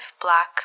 black